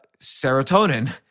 serotonin